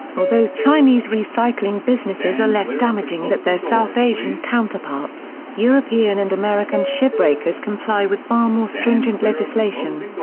although chinese recycling businesses are less damaging that their south asian counterparts, european and american ship breakers comply with far more stringent legislation.